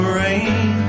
rain